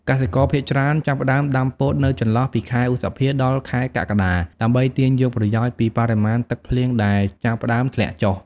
កសិករភាគច្រើនចាប់ផ្ដើមដាំពោតនៅចន្លោះពីខែ ឧសភា ដល់ ខែកក្កដា ដើម្បីទាញយកប្រយោជន៍ពីបរិមាណទឹកភ្លៀងដែលចាប់ផ្ដើមធ្លាក់ចុះ។